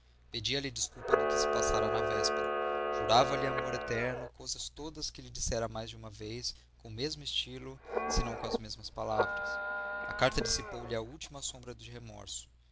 afeto pedia-lhe desculpa do que se passara na véspera jurava lhe amor eterno coisas todas que lhe dissera mais de uma vez com o mesmo estilo se não com as mesmas palavras a carta dissipou lhe a última sombra de remorso